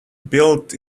built